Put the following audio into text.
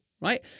right